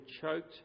choked